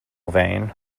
vein